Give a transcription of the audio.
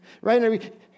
right